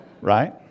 right